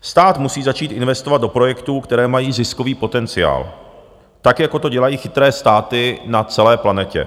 Stát musí začít investovat do projektů, které mají ziskový potenciál, tak jako to dělají chytré státy na celé planetě.